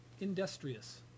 industrious